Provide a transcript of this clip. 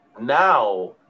Now